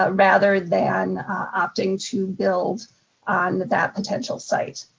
ah rather than opting to build on that potential site.